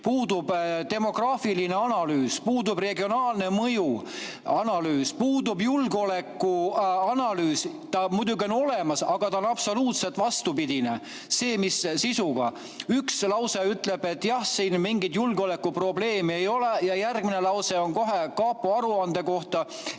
puudub demograafiline analüüs, puudub regionaalse mõju analüüs, puudub julgeolekuanalüüs. Ta muidugi on olemas, aga ta on absoluutselt vastupidine sisuga. Üks lause ütleb, et jah, siin mingeid julgeolekuprobleeme ei ole, ja järgmine lause on kohe kapo aruande kohta,